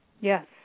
yes